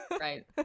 Right